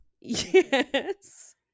Yes